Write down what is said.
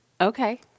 Okay